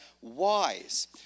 wise